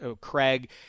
Craig